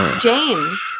James